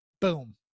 Boom